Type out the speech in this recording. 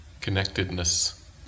connectedness